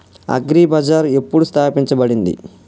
Agri Bazaar ఎప్పుడు స్థాపించబడింది?